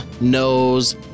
knows